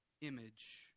image